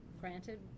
granted